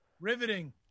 Riveting